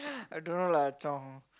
I don't know lah Chong